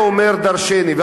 זה אומר דורשני,